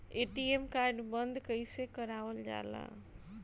ATM card बन्द कईसे करावल जाला?